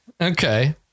Okay